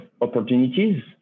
opportunities